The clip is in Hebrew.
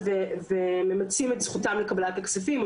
מושכים משיכה מלאה ללא ניכויים כי הם יוצאים בזמן,